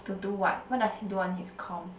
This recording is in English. to do what what does he do on his com